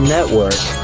Network